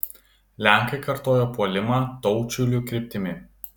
lenkai kartojo puolimą taučiulių kryptimi